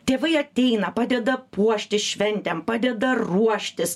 tėvai ateina padeda puošti šventėm padeda ruoštis